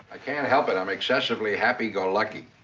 i can't help it. i'm excessively happy-go-lucky.